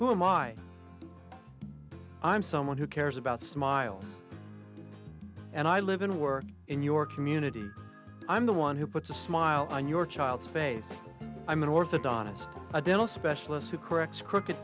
i'm someone who cares about smiles and i live in work in your community i'm the one who puts a smile on your child's face i'm an orthodontist a dental specialist who corrects crooked